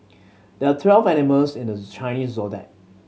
there are twelve animals in the Chinese Zodiac